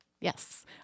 Yes